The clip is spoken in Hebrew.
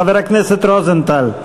חבר הכנסת רוזנטל.